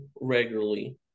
regularly